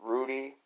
Rudy